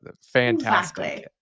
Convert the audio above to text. fantastic